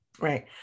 Right